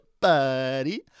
buddy